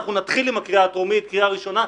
נתחיל עם הקריאה הטרומית והקריאה הראשונה,